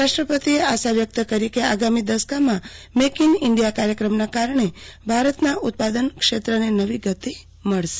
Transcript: રાષ્ટ્રપતિએ આશા વ્યક્ત કરી કે આગામી દસકામાં મેક ઇન ઇન્ડિયા કાર્યક્રમના કારણે ભારતના ઉત્પાદનક્ષેત્રને નવી ગતિ મળશે